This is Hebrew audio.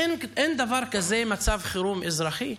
אין דבר כזה מצב חירום אזרחי?